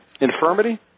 infirmity